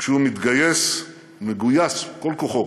כשהוא מתגייס, מגויס בכל כוחו,